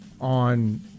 on